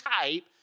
type